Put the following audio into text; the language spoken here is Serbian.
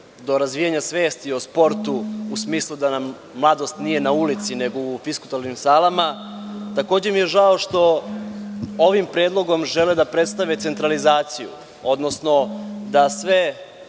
do razvijanja svesti o sportu, u smislu da nam mladost nije na ulici nego u fiskulturnim salama. Takođe mi je žao što ovim predlogom žele da predstave centralizaciju, odnosno da se